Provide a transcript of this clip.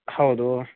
ಹೌದು